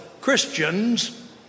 Christians